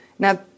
Now